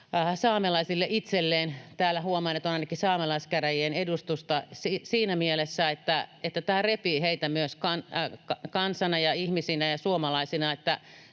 saamelaisille itselleen — täällä huomaan, että on ainakin saamelaiskäräjien edustusta — siinä mielessä, että tämä repii heitä myös kansana ja ihmisinä ja suomalaisina,